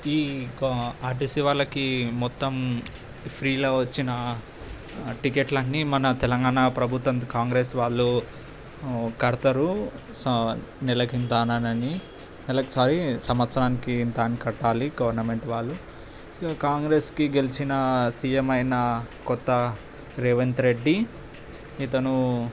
ఈ కా ఆర్టీసీ వాళ్ళకి మొత్తం ఫ్రీలా వచ్చిన టికెట్లన్నీ మన తెలంగాణ ప్రభుత్వంది కాంగ్రెస్ వాళ్ళు కడుతారు సా నెలకి ఇంతా అని నెలకి సారీ సంవత్సరానికి ఇంత అని కట్టాలి గవర్నమెంట్ వాళ్ళు కాంగ్రెస్కి గెలిచిన సీఎం అయినా కొత్త రేవంత్రెడ్డి ఇతనూ